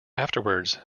afterwards